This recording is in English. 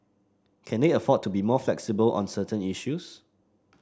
can they afford to be more flexible on certain issues